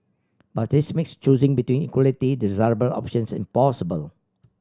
but this makes choosing between equally desirable options impossible